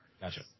gotcha